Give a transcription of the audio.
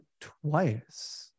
twice